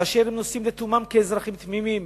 כאשר הם נוסעים לתומם כאזרחים תמימים.